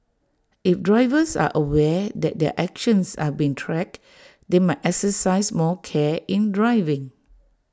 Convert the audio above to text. if drivers are aware that their actions are being tracked they might exercise more care in driving